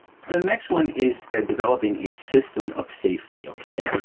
the next one is developing a system of safety, okay?